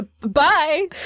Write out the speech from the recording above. Bye